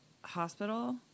hospital